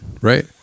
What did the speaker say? Right